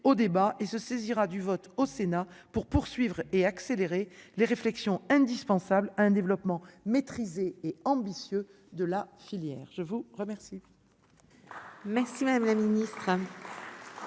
au débat et se saisira du vote au Sénat pour poursuivre et accélérer les réflexions indispensable un développement mais. Et ambitieux de la filière, je vous remercie.